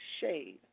shade